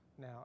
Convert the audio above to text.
now